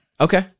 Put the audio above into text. Okay